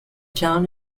town